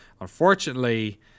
Unfortunately